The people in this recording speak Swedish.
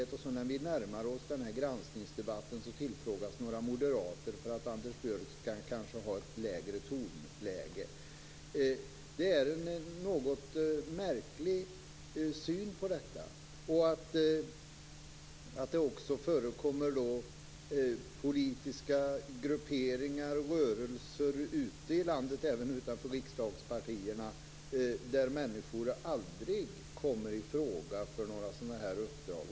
Och när vi närmar oss tiden för den här granskningsdebatten tillfrågas några moderater om de är intresserade, kannske för att Anders Björck skall hålla ett lägre tonläge. Det är en något märklig syn på detta. Det finns också politiska grupperingar och rörelser ute i landet och även utanför riksdagspartierna där människor aldrig kommer i fråga för uppdrag av den här typen.